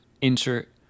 insert